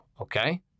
okay